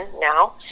now